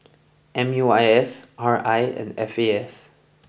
M U I S R I and F A S